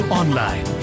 online